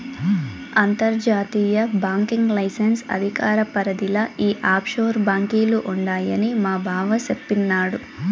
అంతర్జాతీయ banking licence అధికార పరిదిల ఈ ఆప్షోర్ బాంకీలు ఉండాయని మాబావ సెప్పిన్నాడు